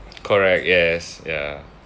correct yes ya